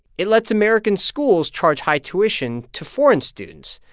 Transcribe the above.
it lets american schools charge high tuition to foreign students.